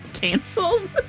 canceled